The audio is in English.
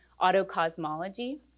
autocosmology